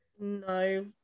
No